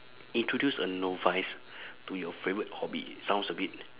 introduce a novice to your favourite hobby sounds a bit